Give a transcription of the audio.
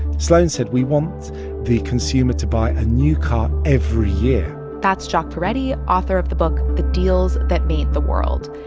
sloan said, we want the consumer to buy a new car every year that's jacques peretti, author of the book the deals that made the world.